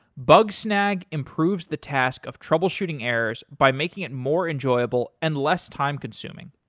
bugsnag improves the task of troubleshooting errors by making it more enjoyable and less time consuming